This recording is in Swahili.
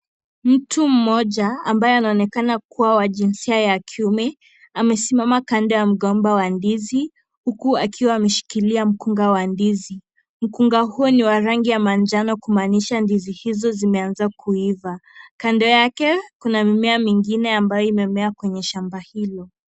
Mtu mmoja ambaye anaonekana kuwa wa jinsia ya kiume amesimama kando ya mgomba wa ndizi huku akiwa ameshikilia mkunga wa ndizi. Mkunga huo ni wa rangi ya manjano kumaanisha kuwa ndizi hizo zimeanza kuiva, kando yake kuna mimea mingine ambayo imemea kwenye shamba hilo.